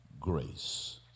grace